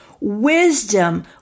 Wisdom